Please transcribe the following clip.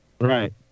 Right